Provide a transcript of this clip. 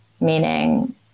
meaning